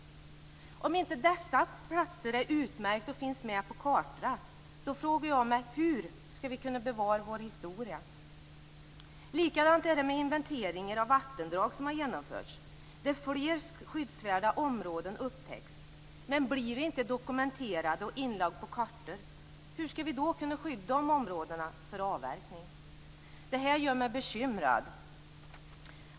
Om inte dessa platser är utmärkta och finns med på kartorna, då frågar jag mig hur vi ska kunna bevara vår historia. Likadant är det med de inventeringar av vattendrag som har genomförts. Där upptäcks flera skyddsvärda områden. Men de blir inte dokumenterade och inlagda på kartor. Hur ska vi då kunna skydda dessa områden från avverkning? Det här gör mig bekymrad.